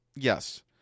yes